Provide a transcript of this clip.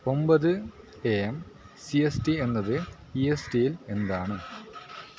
ഒമ്പത് A M C S T എന്നത് E S റ്റിയിൽ എന്താണ്